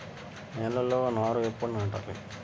నేలలో నారు ఎప్పుడు నాటాలి?